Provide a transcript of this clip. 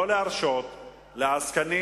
ברורה, לא להרשות לעסקנים,